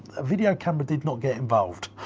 a video camera did not get involved.